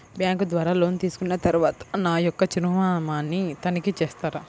Bank ద్వారా loan తీసుకున్న తరువాత నా యొక్క చిరునామాని తనిఖీ చేస్తారా?